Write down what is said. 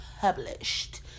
published